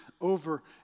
over